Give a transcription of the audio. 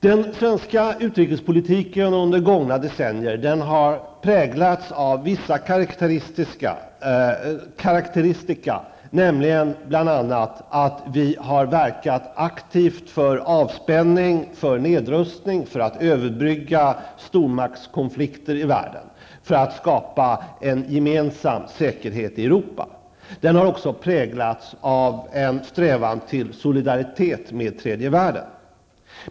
Den svenska utrikespolitiken har under några decennier varit präglad av vissa karakteristika, nämligen bl.a. att vi har verkat aktivt för avspänning och nedrustning, för att överbrygga stormaktskonflikter i världen och för att skapa en gemensam säkerhet i Europa. Den har också präglats av en strävan till solidaritet med tredje världen.